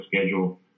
schedule